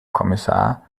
kommissar